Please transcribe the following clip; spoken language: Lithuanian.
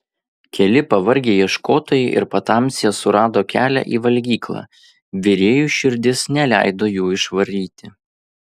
keli pavargę ieškotojai ir patamsyje surado kelią į valgyklą virėjui širdis neleido jų išvaryti